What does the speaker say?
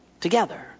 together